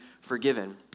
forgiven